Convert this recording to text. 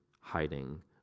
hiding